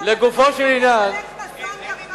משפחות אתם הולכים